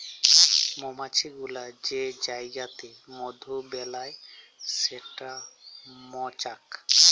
মমাছি গুলা যে জাইগাতে মধু বেলায় সেট মচাক